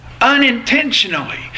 Unintentionally